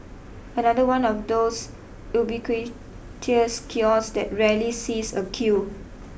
another one of those ubiquitous kiosks that rarely sees a queue